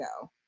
go